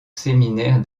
séminaire